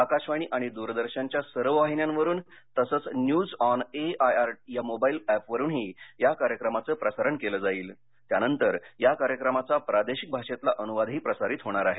आकाशवाणी आणि दूरदर्शनच्या सर्व वाहिन्यांवरून तसच न्यूज ऑन एआयआर या मोबाईल एपवरूनही या कार्यक्रमाचं प्रसारण केलं जाईल त्यानंतर या कार्यक्रमाचा प्रादेशिक भाषेतला अनुवादही प्रसारित होणार आहे